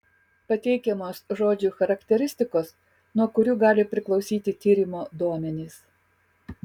pateikiamos žodžių charakteristikos nuo kurių gali priklausyti tyrimo duomenys